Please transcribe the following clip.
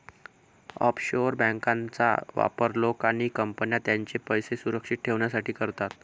offshore बँकांचा वापर लोक आणि कंपन्या त्यांचे पैसे सुरक्षित ठेवण्यासाठी करतात